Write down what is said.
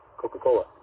Coca-Cola